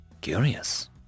Curious